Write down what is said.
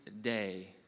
day